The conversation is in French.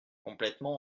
complètement